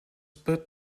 but